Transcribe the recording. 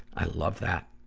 i love that.